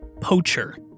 poacher